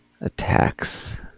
attacks